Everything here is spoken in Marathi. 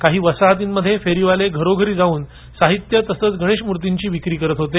काही वसाहतींमध्ये फेरीवाले घरोघरी जाऊन साहित्य तसंच गणेशमूर्तीची विक्री करत होते